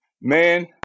Man